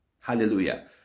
Hallelujah